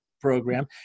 program